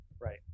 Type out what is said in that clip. Right